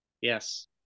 yes